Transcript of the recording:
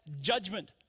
judgment